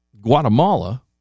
Guatemala